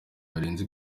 barenze